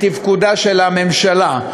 בתפקודה של הממשלה.